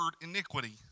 iniquity